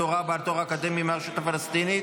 הוראה בעל תואר אקדמי מהרשות הפלסטינית